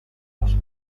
los